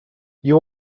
you